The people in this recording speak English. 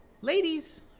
ladies